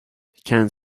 kent